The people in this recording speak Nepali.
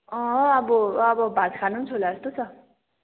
अँ अब अब भात खानु पनि छोड्ला जस्तो छ